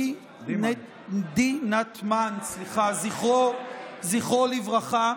דימנטמן, זיכרונו לברכה.